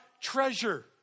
treasure